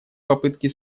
попытки